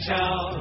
Town